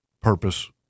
purpose